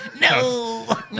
No